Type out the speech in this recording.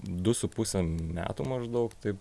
du su puse metų maždaug taip